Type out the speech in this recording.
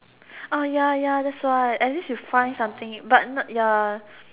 oh ya ya that's why at least you find something but not ya